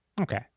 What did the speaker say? Okay